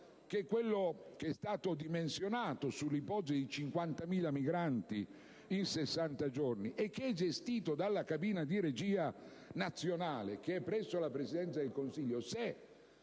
civile, che è stato dimensionato sull'ipotesi di 50.000 migranti in 60 giorni e che è gestito dalla cabina di regia nazionale presso la Presidenza del Consiglio).